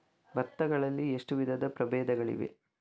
ಭತ್ತ ಗಳಲ್ಲಿ ಎಷ್ಟು ವಿಧದ ಪ್ರಬೇಧಗಳಿವೆ?